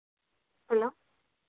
hello